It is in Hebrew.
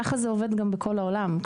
ככה זה עובד גם בכל העולם.